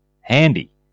handy